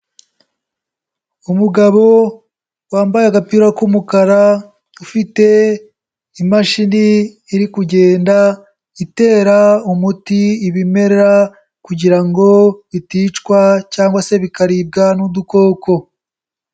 Umugabo wambaye agapira k'umukara, ufite imashini iri kugenda itera umuti ibimera, kugira ngo biticwa cyangwa se bikaribwa n'udukoko.